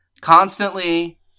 Constantly